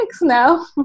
now